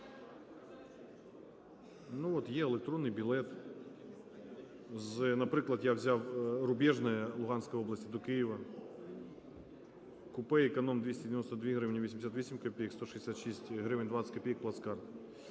є електронний білет з, наприклад, я взяв Рубіжне Луганської області до Києва, купе-економ 292 гривні 88 копійок, 166 гривень 20 копійок – плацкарт.